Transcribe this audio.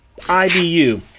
IBU